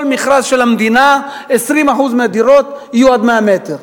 כל מכרז של המדינה, 20% מהדירות יהיו עד 100 מטר.